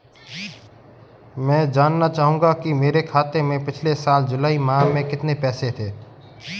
मैं जानना चाहूंगा कि मेरे खाते में पिछले साल जुलाई माह में कितने पैसे थे?